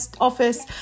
office